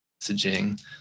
messaging